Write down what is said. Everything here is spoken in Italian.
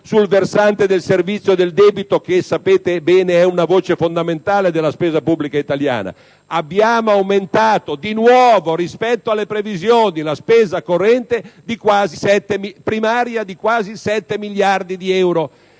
sul versante del servizio del debito che, sapete bene, è una voce fondamentale della spesa pubblica italiana? Abbiamo aumentato di nuovo rispetto alle previsioni la spesa corrente primaria di quasi 7 miliardi di euro.